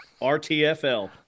RTFL